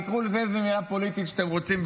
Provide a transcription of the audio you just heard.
תקראו לזה איזה מילה פוליטית שאתם רוצים,